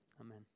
Amen